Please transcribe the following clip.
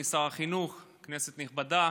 החינוך, כנסת נכבדה,